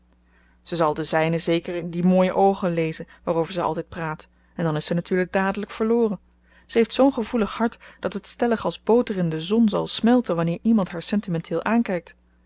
ze zal de zijne zeker in die mooie oogen lezen waarover ze altijd praat en dan is ze natuurlijk dadelijk verloren ze heeft zoo'n gevoelig hart dat het stellig als boter in de zon zal smelten wanneer iemand haar sentimenteel aankijkt